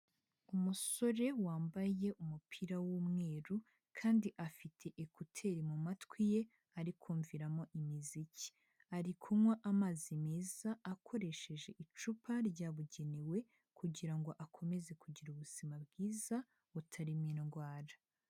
Umusore wambaye umupira w'umweru kandi afite ekuteri mu matwi ye ari kumviramo imiziki, ari kunywa amazi meza akoresheje icupa ryabugenewe kugira ngo akomeze kugira ubuzima bwiza butarimo indwara.